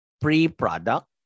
Pre-product